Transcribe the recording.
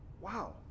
Wow